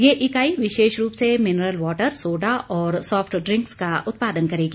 ये इकाई विशेष रूप से मिनरल वाटर सोडा और सॉफ्ट ड्रिंक्स का उत्पादन करेगी